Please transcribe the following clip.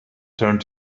turned